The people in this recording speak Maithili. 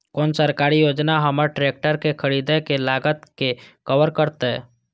कोन सरकारी योजना हमर ट्रेकटर के खरीदय के लागत के कवर करतय?